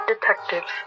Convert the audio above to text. detectives